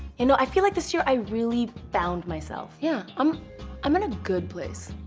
you know, i feel like this year, i really found myself. yeah, um i'm in a good place.